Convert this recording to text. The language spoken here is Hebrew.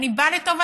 אני בא לטובתם.